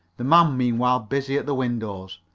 the man meanwhile busy at the windows.